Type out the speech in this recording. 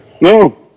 No